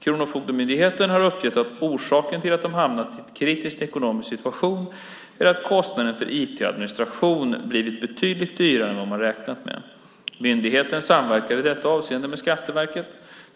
Kronofogdemyndigheten har uppgett att orsaken till att de hamnat i en kritisk ekonomisk situation är att kostnaden för IT och administration blivit betydligt dyrare än vad man räknat med. Myndigheten samverkar i detta avseende med Skatteverket.